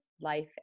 life